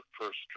first